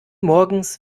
morgens